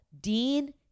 dean